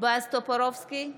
בועז טופורובסקי,